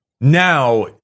now